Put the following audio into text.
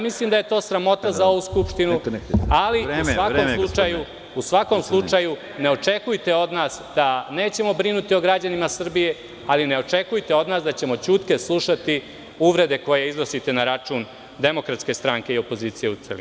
Mislim da je to sramota za ovu Skupštinu, ali u svakom slučaju, ne očekujte od nas da nećemo brinuti o građanima Srbije, ali ne očekujte od nas da ćemo ćutke slušatiuvrede koje iznosite na račun DS i opozicije u celini.